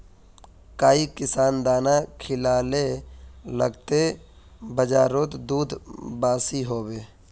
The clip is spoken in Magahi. काई किसम दाना खिलाले लगते बजारोत दूध बासी होवे?